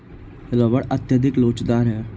rubber अत्यधिक लोचदार है